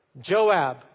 Joab